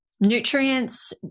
nutrients